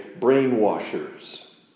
brainwashers